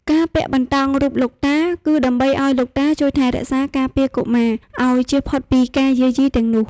ការពាក់បន្តោងរូបលោកតា គឺដើម្បីឱ្យលោកតាជួយថែរក្សា ការពារកុមារឱ្យជៀសផុតពីការយាយីទាំងនោះ។